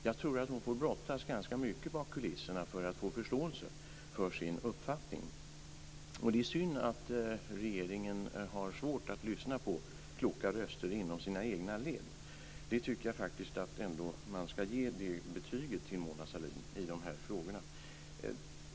Jag tror att hon får brottas ganska mycket bakom kulisserna för att få förståelse för sin uppfattning, och det är synd att regeringen har svårt att lyssna på kloka röster inom sina egna led. Jag tycker faktiskt ändå att man ska ge Mona Sahlin det här betyget i dessa frågor.